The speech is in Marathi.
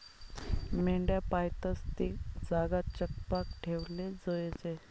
मेंढ्या पायतस ती जागा चकपाक ठेवाले जोयजे